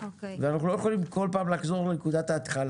ואנחנו לא יכולים כל פעם לחזור לנקודת ההתחלה.